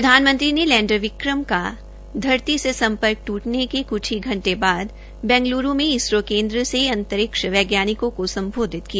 प्रधानमंत्री ने लैंडर विकम का धरती से संपर्क ट्रटने के कुछ ही घंटे बाद बेंगलुरू में इसरो केन्द्र से अंतरिक्ष वैज्ञानिकों को संबोधित किया